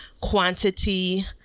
quantity